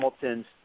Hamilton's